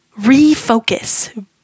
refocus